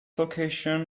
location